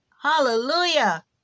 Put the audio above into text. Hallelujah